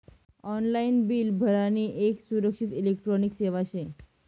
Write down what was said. online bill भरानी येक सुरक्षित इलेक्ट्रॉनिक सेवा शे